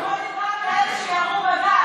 לא עשו פוליגרף לאלה שירו בגב.